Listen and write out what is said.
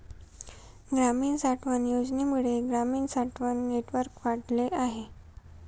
ग्रामीण साठवण योजनेमुळे ग्रामीण साठवण नेटवर्क वाढले आहे